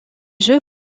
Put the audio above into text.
jeu